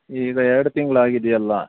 ಈಗ ಎರಡು ತಿಂಗಳಾಗಿದ್ಯಲ್ಲ